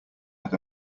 had